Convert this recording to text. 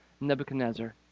Nebuchadnezzar